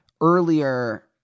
earlier